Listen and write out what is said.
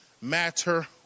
matter